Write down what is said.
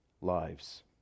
lives